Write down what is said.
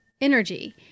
energy